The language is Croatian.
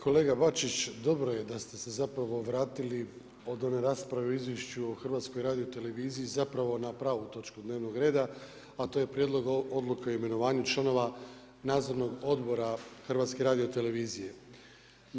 Kolega Bačić, dobro je da ste se zapravo vratili od one rasprave o Izvješću o HRT-u zapravo na pravu točku dnevnog reda a to je Prijedlog odluke o imenovanju članova Nadzornog odbora HRT-a.